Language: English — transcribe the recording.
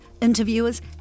interviewers